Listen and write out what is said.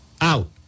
Out